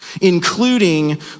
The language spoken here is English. including